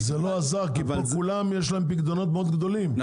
זה לא עזר כי לכולם פה יש פקדונות מאוד גדולים,